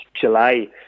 July